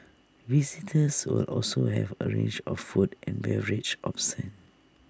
visitors will also have A range of food and beverage options